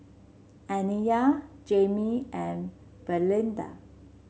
Aniyah Jamie and Valinda